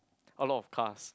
a lot of cars